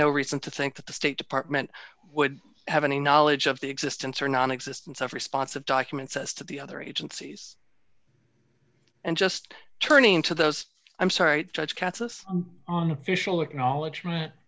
no reason to think that the state department would have any knowledge of the existence or nonexistence of response of documents as to the other agencies and just turning to those i'm sorry judge katz us on official acknowledge